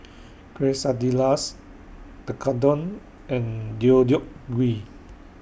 Quesadillas Tekkadon and Deodeok Gui